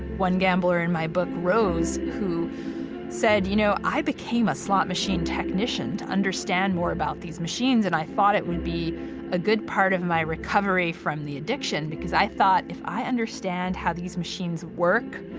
one gambler in my book, rose who said, you know, i became a slot machine technician to understand more about these machines and i thought it would be a good part of my recovery from the addiction, because i thought if i understand how these machines work,